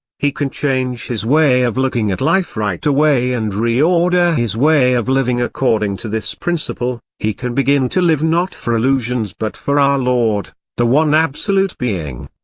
he can change his way of looking at life right away and reorder his way of living according to this principle he can begin to live not for illusions but for our lord, the one absolute being.